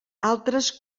altres